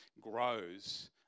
grows